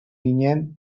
ginen